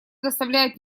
доставляет